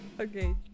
Okay